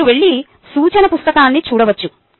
మీరు వెళ్లి సూచన పుస్తకాన్ని చూడవచ్చు